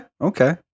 okay